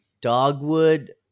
dogwood